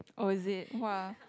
oh is it !wah!